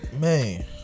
Man